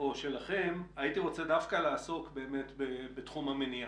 הייתי רוצה לעסוק בתחום המניעה.